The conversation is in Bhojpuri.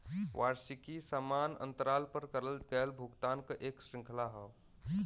वार्षिकी समान अंतराल पर करल गयल भुगतान क एक श्रृंखला हौ